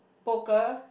poker